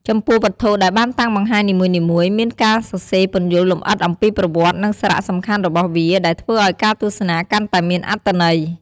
ចំពោះវត្ថុដែលបានតាំងបង្ហាញនីមួយៗមានការសរសេរពន្យល់លម្អិតអំពីប្រវត្តិនិងសារៈសំខាន់របស់វា ដែលធ្វើឲ្យការទស្សនាកាន់តែមានអត្ថន័យ។